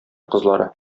кызлары